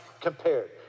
compared